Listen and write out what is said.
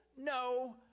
no